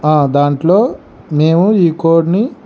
దాంట్లో మేము ఈ కోడ్ని